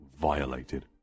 violated